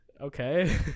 okay